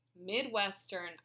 Midwestern